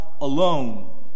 alone